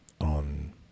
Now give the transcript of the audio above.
on